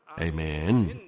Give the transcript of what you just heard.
Amen